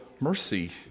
mercy